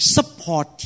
Support